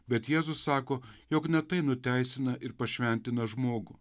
bet jėzus sako jog ne tai nuteisina ir pašventina žmogų